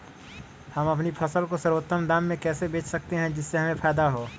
हम अपनी फसल को सर्वोत्तम दाम में कैसे बेच सकते हैं जिससे हमें फायदा हो?